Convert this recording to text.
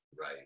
right